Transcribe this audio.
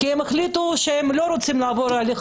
כי הם החליטו שהם לא רוצים לעבור את ההליך